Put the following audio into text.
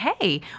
hey